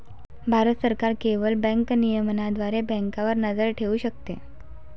भारत सरकार केवळ बँक नियमनाद्वारे बँकांवर नजर ठेवू शकते